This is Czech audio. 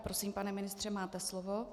Prosím, pane ministře, máte slovo.